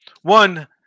one